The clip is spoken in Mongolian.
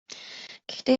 гэхдээ